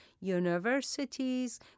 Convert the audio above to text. universities